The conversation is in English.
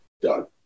done